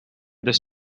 this